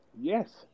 Yes